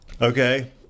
Okay